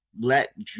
let